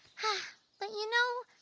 but you know,